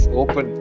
open